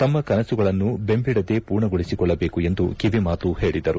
ತಮ್ಮ ಕನಸುಗಳನ್ನು ಬೆಂಬಿಡದೇ ಪೂರ್ಣಗೊಳಿಸಿಕೊಳ್ಳಬೇಕು ಎಂದು ಕಿವಿಮಾತು ಹೇಳಿದರು